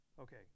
Okay